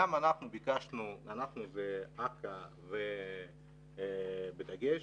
גם אנחנו ואכ"א בדגש,